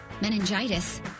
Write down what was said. meningitis